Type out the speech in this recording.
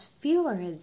fewer